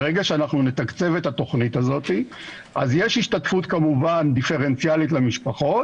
ברגע שנתקצב את התוכנית הזאת אז יש השתתפות כמובן דיפרנציאלית למשפחות